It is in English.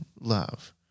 love